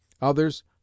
others